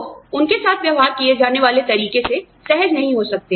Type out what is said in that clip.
लोग उनके साथ व्यवहार किए जाने वाले तरीके से सहज नहीं हो सकते